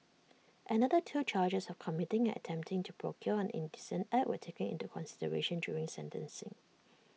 another two charges of committing and attempting to procure an indecent act were taken into consideration during sentencing